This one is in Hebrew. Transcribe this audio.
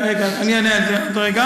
רגע, רגע, אני אענה על זה עוד רגע.